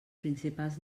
principals